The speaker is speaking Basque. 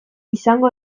izango